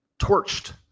torched